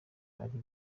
ari